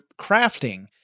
crafting